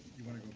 you want to